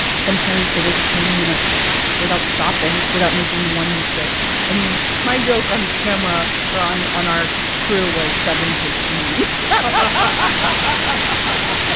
sometimes over twenty minutes without stopping, without making one mistake. i mean, my joke on camera or on on our crew was seven takes, samin but i